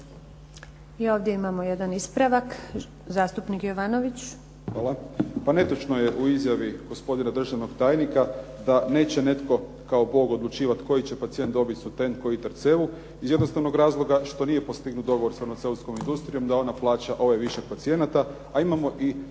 I ovdje imamo jedan ispravak zastupnik Jovanović.